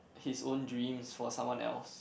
his own dreams for someone else